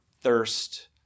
thirst